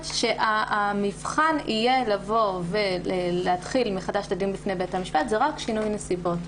אומרת שהמבחן להתחיל את הדיון מחדש בפני בית המשפט הוא רק שינוי נסיבות.